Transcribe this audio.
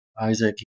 Isaac